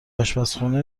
آشپزخونه